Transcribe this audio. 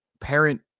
parent